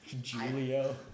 Julio